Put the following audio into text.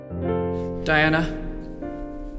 Diana